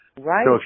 Right